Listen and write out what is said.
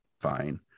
fine